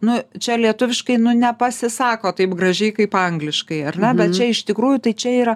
nu čia lietuviškai nu nepasisako taip gražiai kaip angliškai ar čia iš tikrųjų tai čia yra